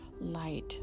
light